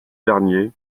dernier